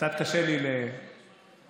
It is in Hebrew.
קצת קשה לי עם ההפרעות.